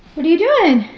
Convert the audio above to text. what are you doing?